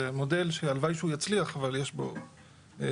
זה מודל שהלוואי שהוא יצליח, אבל יש בו בשורה.